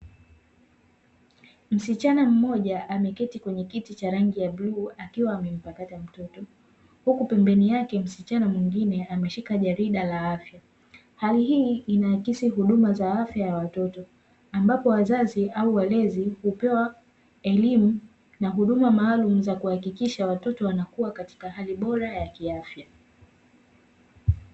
Msichana mmoja ameketi kwenye kiti cha rangi ya bluu, akiwa amempakata mtoto. Huku pembeni yake msichana mwingine ameshika jarida la afya. Hali hii inaakisi huduma za afya ya watoto, ambapo wazazi au walezi hupewa elimu na huduma maalumu za kuhakikisha watoto wanakua katika hali bora ya kiafya.